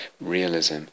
realism